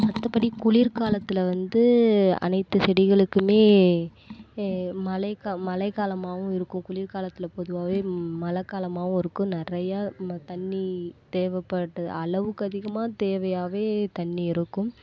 மற்றபடி குளிர் காலத்தில் வந்து அனைத்து செடிகளுக்குமே மழை கா மழை காலமாகவும் இருக்கும் குளிர் காலத்தில் பொதுவாகவே மழை காலமாகவும் இருக்கும் நிறையா நம்ம தண்ணி தேவைப்பட்டு அளவுக்கதிகமாக தேவையாகவே தண்ணி இருக்கும்